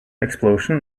explosion